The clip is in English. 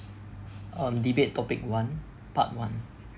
um debate topic one part one